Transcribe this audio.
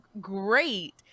great